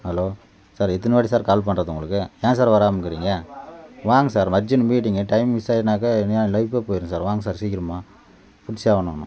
hello sir எத்தனை வாட்டி sir call பண்ணுறது உங்களுக்கு ஏன் சார் வராமல் இருக்கிறீங்க வாங்க சார் அர்ஜென்ட் மீட்டிங்கு டைம் மிஸ் ஆனாக்க என் லைஃபே போயிடும் சார் வாங்க சார் சீக்கிரமா புடிச்சாகணும்